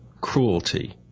cruelty